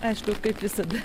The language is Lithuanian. aišku kaip visada